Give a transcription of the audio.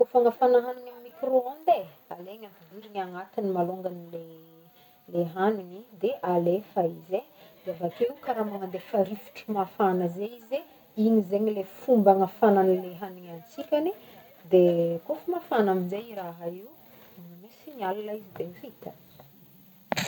Kôfa agnafagna hagniny amin'ny micro-onde e alaigna ampidirina agnatiny malôngany lay- lay hagniny de alefa izy e de avakeo karaha magnandefa rivotra mafana zay izy e, igny zaigny lay fomba agnafagna an'ilay hagniny antsikany de kôfa mafana aminjay i raha io magnamia signal izy de vita.